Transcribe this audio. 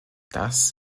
das